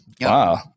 Wow